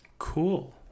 cool